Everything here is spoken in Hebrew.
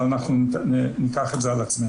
אבל אנחנו ניקח את זה על עצמנו.